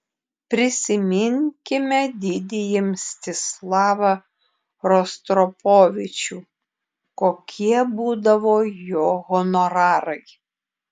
prisiminkime didįjį mstislavą rostropovičių kokie būdavo jo honorarai